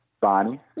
bonnie